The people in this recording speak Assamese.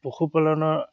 পশুপালনৰ